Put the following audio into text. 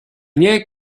ndiaidh